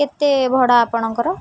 କେତେ ଭଡ଼ା ଆପଣଙ୍କର